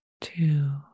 two